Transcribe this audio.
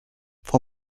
for